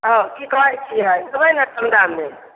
हँ की कहैत छियै तै ने खरिदार लेत